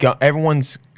everyone's